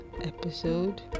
episode